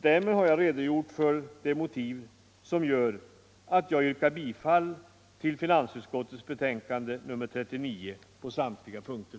Därmed har jag redovisat de motiv som gör att jag yrkar bifall till finansutskottets betänkande nr 39 på samtliga punkter.